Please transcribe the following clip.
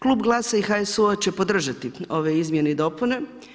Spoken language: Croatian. Klub Glasa i HSU-a će podržati ove izmjene i dopune.